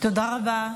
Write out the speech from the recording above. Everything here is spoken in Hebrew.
תודה רבה.